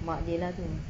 mak dia lah tu